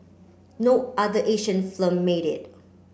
no other Asian film made it